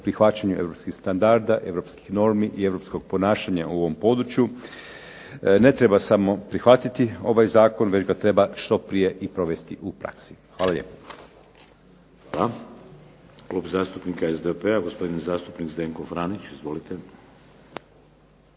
prihvaćanju europskih standarda, europskih normi i europskog ponašanja u ovom području. Ne treba samo prihvatiti ovaj zakon, već ga treba što prije i provesti u praksi. Hvala lijepo. **Šeks, Vladimir (HDZ)** Hvala. Klub zastupnika SDP-a, gospodin zastupnik Zdenko Franić, izvolite.